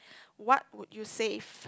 what would you save